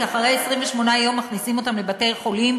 כי אחרי 28 יום מכניסים אותם לבתי-חולים.